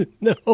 No